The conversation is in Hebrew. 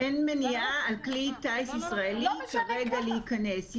אין מניעה על כלי טיס ישראלי כרגע להיכנס.